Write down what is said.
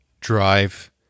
drive